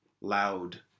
loud